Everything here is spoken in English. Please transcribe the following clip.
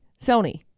Sony